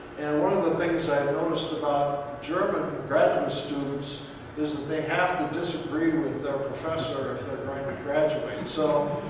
and one of the things i've noticed about german graduate students is that they have to disagree with their professor if they're going to graduate. so,